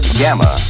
gamma